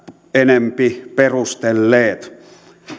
enempi perustelleet